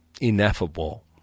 ineffable